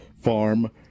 Farm